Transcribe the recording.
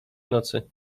nocy